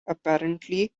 apparently